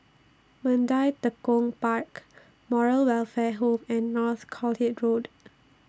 Mandai Tekong Park Moral Welfare Home and Northolt Road